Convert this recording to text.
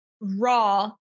raw